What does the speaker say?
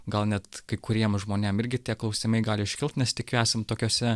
gal net kai kuriem žmonėm irgi tie klausimai gali iškilt nes tikiu esam tokiose